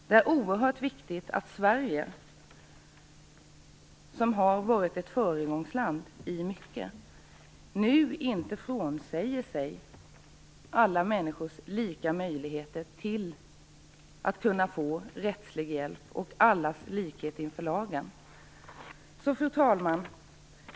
Det är oerhört viktigt att Sverige, som har varit ett föregångsland i mycket, nu inte frånsäger sig alla människors lika möjligheter att kunna få rättslig hjälp och allas likhet inför lagen. Fru talman!